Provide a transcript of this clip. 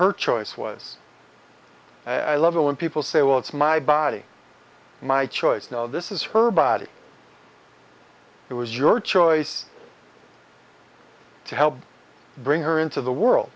her choice was i love it when people say well it's my body my choice no this is her body it was your choice to help bring her into the world